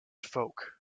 folk